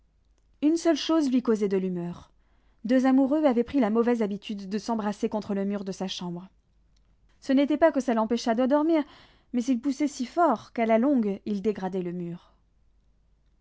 une seule chose lui causait de l'humeur deux amoureux avaient pris la mauvaise habitude de s'embrasser contre le mur de sa chambre ce n'était pas que ça l'empêchât de dormir mais ils poussaient si fort qu'à la longue ils dégradaient le mur